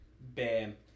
Bam